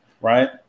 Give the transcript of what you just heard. right